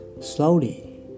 Slowly